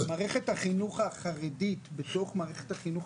מערכת החינוך החרדית בתוך מערכת החינוך